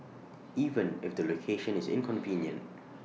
even if the location is inconvenient